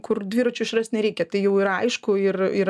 kur dviračio išrast nereikia tai jau yra aišku ir ir